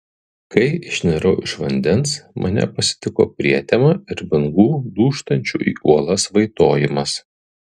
kai išnirau iš vandens mane pasitiko prietema ir bangų dūžtančių į uolas vaitojimas